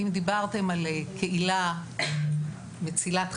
אם דיברתם על קהילה מצילת חיים,